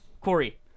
Corey